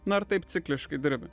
na ir taip cikliškai dirbi